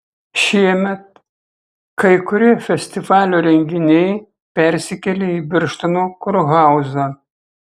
šiemet kai kurie festivalio renginiai persikėlė į birštono kurhauzą